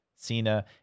Cena